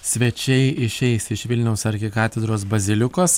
svečiai išeis iš vilniaus arkikatedros bazilikos